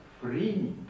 free